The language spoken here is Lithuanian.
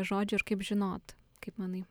žodžių ir kaip žinot kaip manai